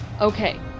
okay